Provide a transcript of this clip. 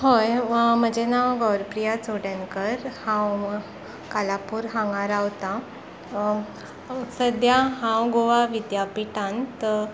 हय म्हजें नांव गौरप्रिया चोडणकर हांव कालापूर हांगा रावता सद्या हांव गोवा विद्यापिटांत